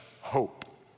hope